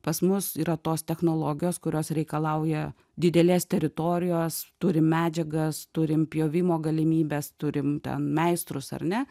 pas mus yra tos technologijos kurios reikalauja didelės teritorijos turim medžiagas turim pjovimo galimybes turim ten meistrus ar ne